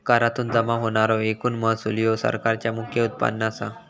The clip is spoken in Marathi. करातुन जमा होणारो एकूण महसूल ह्या सरकारचा मुख्य उत्पन्न असा